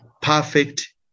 perfect